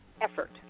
Effort